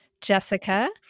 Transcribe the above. Jessica